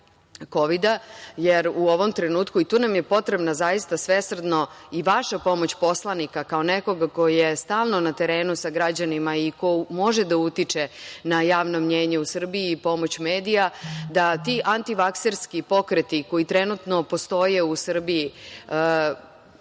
kovida, jer u ovom trenutku, i tu nam je potrebno zaista svesrdno i vaša pomoć poslanika kao nekoga ko je stalno na terenu sa građanima i ko može da utiče na javno mnjenje u Srbiji i pomoć medija, da ti antivakserski pokreti, koji trenutno postoje u Srbiji,